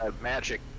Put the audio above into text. magic